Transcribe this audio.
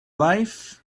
life